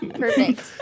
Perfect